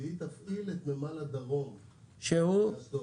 והיא תפעיל את נמל הדרום באשדוד.